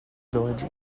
village